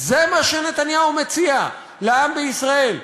זה מה שנתניהו מציע לעם בישראל.